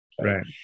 Right